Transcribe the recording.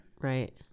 Right